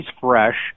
fresh